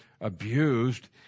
abused